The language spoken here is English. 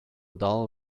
dull